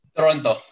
Toronto